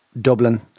Dublin